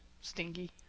stingy